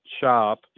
shop